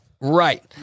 Right